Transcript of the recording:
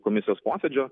komisijos posėdžio